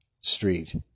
Street